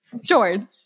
George